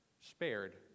spared